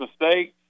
mistakes